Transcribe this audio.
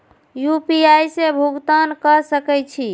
UPI से भुगतान क सके छी?